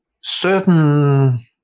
certain